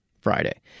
Friday